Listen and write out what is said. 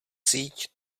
síť